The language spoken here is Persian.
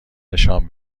نشان